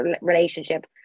relationship